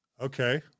Okay